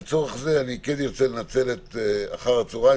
לצורך זה אני ארצה לנצל את אחר הצהריים